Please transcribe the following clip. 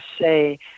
say